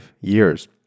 years